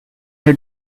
your